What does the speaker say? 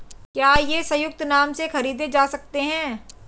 क्या ये संयुक्त नाम से खरीदे जा सकते हैं?